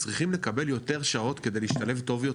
צריכים לקבל יותר שעות כדי להשתלב טוב יותר,